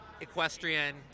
equestrian